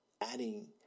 adding